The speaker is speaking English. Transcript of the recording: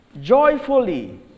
Joyfully